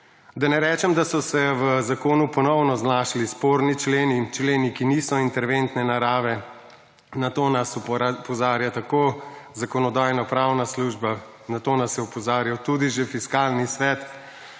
Da ne rečem, da so se v zakonu ponovno znašli sporni členi in členi, ki niso interventne narave, na to nas opozarja tako Zakonodajno-pravna služba, na to nas je opozarjal tudi že Fiskalni svet